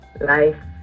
life